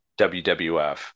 wwf